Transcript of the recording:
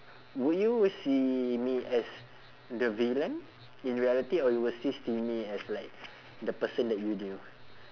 would you wou~ see me as the villain in reality or you will still see me as like the person that you knew